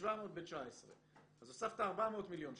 ו-700 ב-19', אז הוספת 400 מיליון שקל,